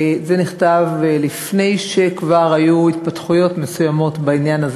זה נכתב לפני שהיו התפתחויות נוספות,